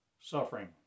suffering